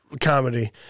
comedy